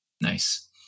Nice